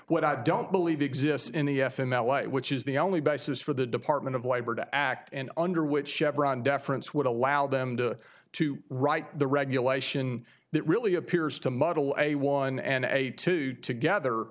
what i don't believe exists in the f in that light which is the only basis for the department of labor to act and under which chevron deference would allow them to to write the regulation that really appears to model a one and a two together